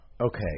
Okay